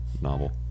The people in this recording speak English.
novel